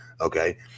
okay